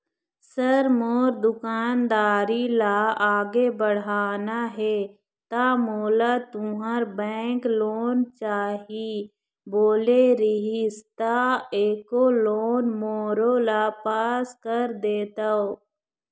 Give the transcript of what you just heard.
Sir मोर दुकानदारी ला आगे बढ़ाना हे ता मोला तुंहर बैंक लोन चाही बोले रीहिस ता एको लोन मोरोला पास कर देतव?